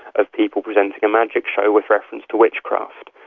of people presenting a magic show with reference to witchcraft.